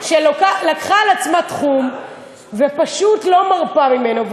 שלקחה על עצמה תחום ופשט לא מרפה ממנו.